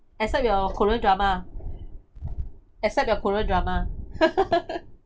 except your korean drama except your korean drama